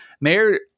Mayor